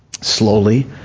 slowly